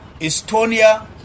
Estonia